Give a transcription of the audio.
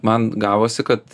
man gavosi kad